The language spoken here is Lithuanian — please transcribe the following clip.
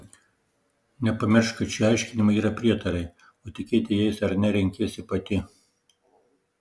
nepamiršk kad šie aiškinimai yra prietarai o tikėti jais ar ne renkiesi pati